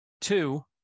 Two